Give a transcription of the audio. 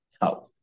help